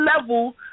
level